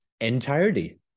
entirety